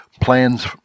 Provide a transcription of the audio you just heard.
plans